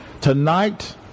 Tonight